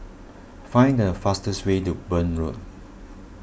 find the fastest way to Burn Road